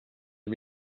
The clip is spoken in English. had